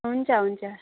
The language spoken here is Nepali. हुन्छ हुन्छ